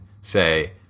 say